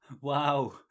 Wow